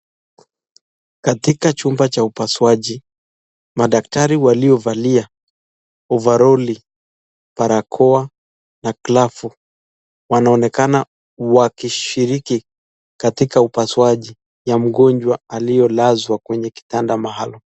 Katika chumba cha upasuaji madaktari waliovalia ovaroli, barakoa na glavu wanaonekana wakishiriki katika upasuaji ya mgonjwa aliyelazwa kwenye kitanda maalum.